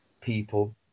people